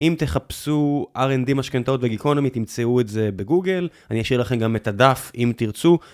אם תחפשו R&D משכנתאות וגיקונומי, תמצאו את זה בגוגל. אני אשאיר לכם גם את הדף, אם תרצו.